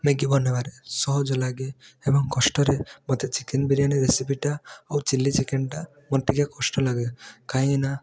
Maggi ବନେଇବାରେ ସହଜ ଲାଗେ ଏବଂ କଷ୍ଟରେ ମୋତେ ଚିକେନ୍ ବିରିୟାନୀ ରେସିପିଟା ଆଉ ଚିଲ୍ଲି ଚିକେନ୍ଟା ମୋତେ ଟିକିଏ କଷ୍ଟ ଲାଗେ କାହିଁକିନା